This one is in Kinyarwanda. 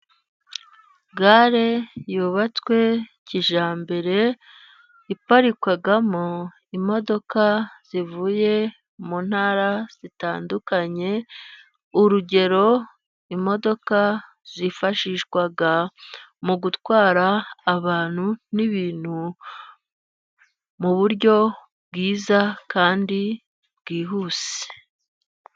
Gare yubatswe kijyambere iparikwamo imodoka zivuye mu ntara zitandukanye, urugero: imodoka zifashishwa mu gutwara abantu n'ibintu, mu buryo bwiza kandi bwihuse.